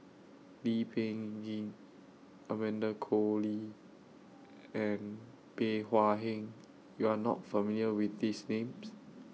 Lee Peh Gee Amanda Koe Lee and Bey Hua Heng YOU Are not familiar with These Names